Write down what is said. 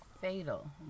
fatal